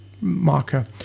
marker